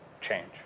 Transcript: change